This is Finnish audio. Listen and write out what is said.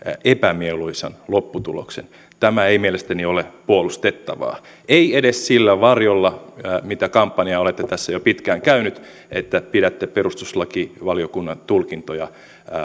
epämieluisan lopputuloksen tämä ei mielestäni ole puolustettavaa ei edes sillä varjolla mitä kampanjaa olette tässä jo pitkään käynyt että pidätte perustuslakivaliokunnan tulkintoja